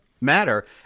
matter